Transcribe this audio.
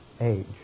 Age